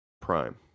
prime